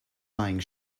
buying